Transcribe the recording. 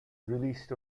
released